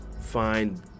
find